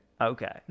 okay